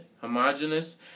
homogeneous